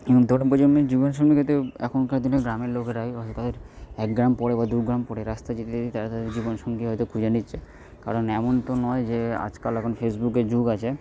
তরুণ প্রজন্মের জীবনসঙ্গী পেতেও এখনকার দিনে গ্রামের লোকেরাই তাদের এক গ্রাম পরে বা দুগ্রাম পরে রাস্তা যেতে যেতে তারা তাদের জীবনসঙ্গী হয়তো খুঁজে নিচ্ছে কারণ এমন তো নয় যে আজকাল এখন ফেসবুকের যুগ আছে